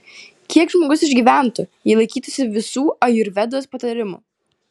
kiek žmogus išgyventų jei laikytųsi visų ajurvedos patarimų